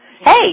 hey